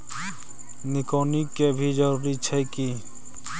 निकौनी के भी जरूरी छै की?